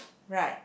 right